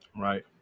Right